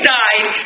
died